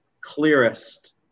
clearest